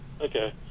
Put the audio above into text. Okay